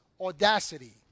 audacity